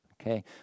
Okay